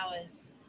hours